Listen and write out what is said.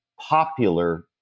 popular